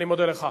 אני מודה לך.